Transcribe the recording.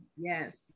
Yes